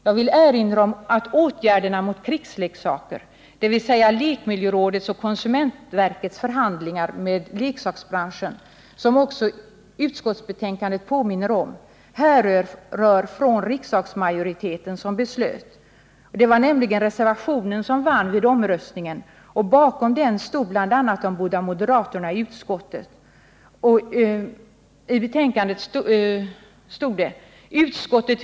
Jag vill erinra om att åtgärderna mot krigsleksaker, dvs. lekmiljörådets och konsumentverkets förhandlingar med leksaksbranschen som också utskottsbetänkandet påminner om, härrör från riksdagsmajoriteten — det var nämligen reservationen som vann vid omröstningen, och bakom den stod bl.a. de båda moderaterna i utskottet.